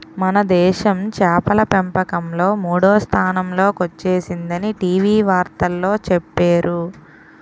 మనదేశం చేపల పెంపకంలో మూడో స్థానంలో కొచ్చేసిందని టీ.వి వార్తల్లో చెప్పేరు